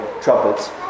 trumpets